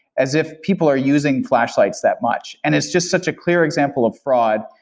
as if people are using flashlights that much, and it's just such a clear example of fraud,